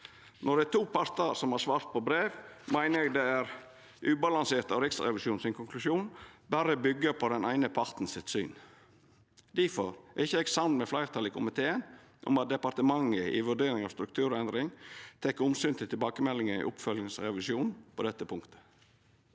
Når det er to partar som har svart på brev, meiner eg det er ubalansert at Riksrevisjonens konklusjon berre byggjer på den eine parten sitt syn. Difor er eg ikkje samd med fleirtalet i komiteen om at departementet i vurderinga av strukturendring tek omsyn til tilbakemeldingane i oppfølgingsrevisjonen på dette punktet.